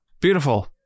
Beautiful